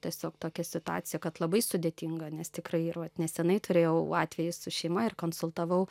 tiesiog tokia situacija kad labai sudėtinga nes tikrai ir vat nesenai turėjau atvejį su šeima ir konsultavau